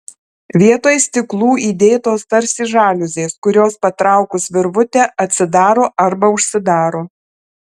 vietoj stiklų įdėtos tarsi žaliuzės kurios patraukus virvutę atsidaro arba užsidaro